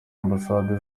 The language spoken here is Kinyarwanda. ambasade